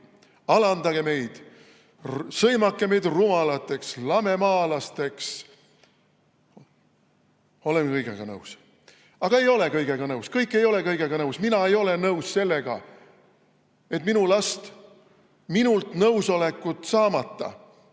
alandage meid, sõimake meid rumalateks lamemaalasteks! Oleme kõigega nõus! Aga ei ole kõigega nõus. Kõik ei ole kõigega nõus. Mina ei ole nõus sellega, et minu last minult nõusolekut saamata